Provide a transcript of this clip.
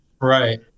Right